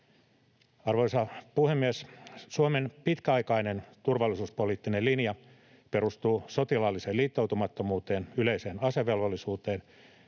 Arvoisa puhemies! Suomen pitkäaikainen turvallisuuspoliittinen linja perustuu sotilaalliseen liittoutumattomuuteen, yleiseen asevelvollisuuteen,